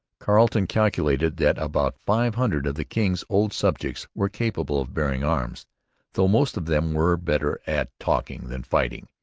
carleton calculated that about five hundred of the king's old subjects were capable of bearing arms though most of them were better at talking than fighting.